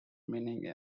meaning